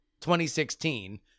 2016